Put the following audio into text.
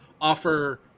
Offer